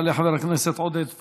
יעלה חבר הכנסת עודד פורר,